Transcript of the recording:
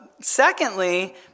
Secondly